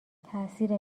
تاثیر